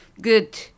good